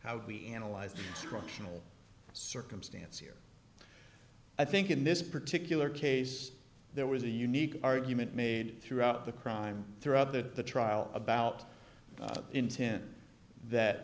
how we analyzed structural circumstance here i think in this particular case there was a unique argument made throughout the crime throughout the trial about intent that